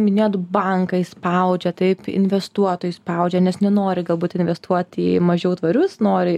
minėjot bankai spaudžia taip investuotojai spaudžia nes nenori galbūt investuot į mažiau tvarius nori